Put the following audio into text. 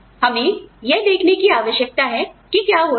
हमें यह देखने की आवश्यकता है कि क्या हो रहा है